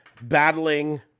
battling